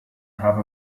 have